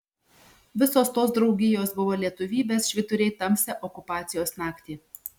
visos tos draugijos buvo lietuvybės švyturiai tamsią okupacijos naktį